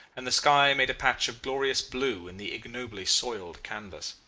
and the sky made a patch of glorious blue in the ignobly soiled canvas.